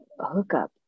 hookup